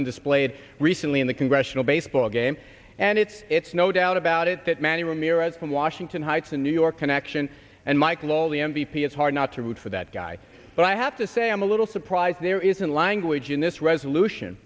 been displayed recently in the congressional baseball game and it's it's no doubt about it that manny ramirez from washington heights a new york connection and mike lowell the m v p it's hard not to root for that guy but i have to say i'm a little surprised there isn't language in this resolution